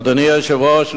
אדוני היושב-ראש,